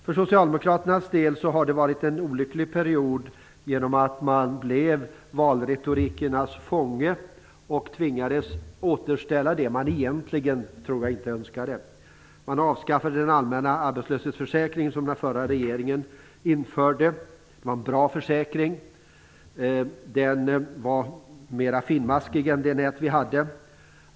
För Socialdemokraternas del har det varit en olycklig period genom att man blev valretorikernas fånge och tvingades återställa det som jag tror att man egentligen inte önskade. Man avskaffade den allmänna arbetslöshetsförsäkringen, som den förra regeringen införde, vilken var en bra försäkring. Den var mer finmaskig än det nät vi nu har.